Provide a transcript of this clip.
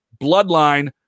bloodline